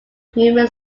human